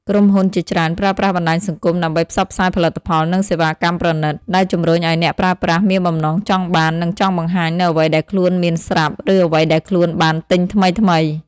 ក្រុមហ៊ុនជាច្រើនប្រើប្រាស់បណ្តាញសង្គមដើម្បីផ្សព្វផ្សាយផលិតផល និងសេវាកម្មប្រណីត ដែលជំរុញឱ្យអ្នកប្រើប្រាស់មានបំណងចង់បាន និងចង់បង្ហាញនូវអ្វីដែលខ្លួនមានស្រាប់ ឬអ្វីដែលខ្លួនបានទិញថ្មីៗ។